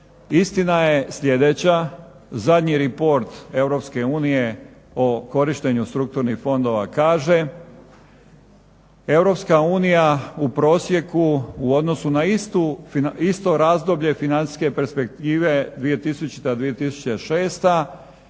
istina je sljedeća, zadnji report EU o korištenju strukturnih fondova kaže EU u prosjeku u odnosu na isto razdoblje financijske perspektive 200.-2006.